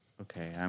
okay